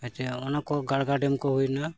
ᱦᱮᱸ ᱪᱮ ᱚᱱᱟ ᱠᱚ ᱜᱟᱲᱜᱟ ᱰᱮᱢ ᱠᱚ ᱦᱩᱭᱮᱱᱟ